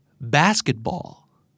Basketball